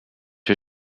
her